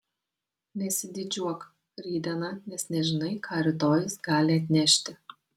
nesididžiuok rytdiena nes nežinai ką rytojus gali atnešti